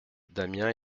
damiens